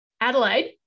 Adelaide